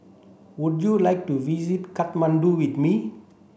would you like to visit Kathmandu with me